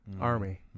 Army